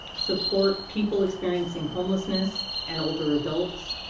support people experiencing homelessness, and older adults,